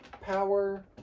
power